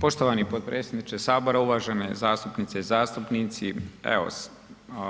Poštovani potpredsjedniče HS, uvažene zastupnice i zastupnici, evo